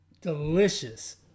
delicious